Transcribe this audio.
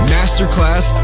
Masterclass